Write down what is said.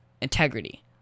Integrity